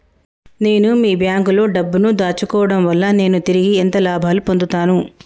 నేను మీ బ్యాంకులో డబ్బు ను దాచుకోవటం వల్ల నేను తిరిగి ఎంత లాభాలు పొందుతాను?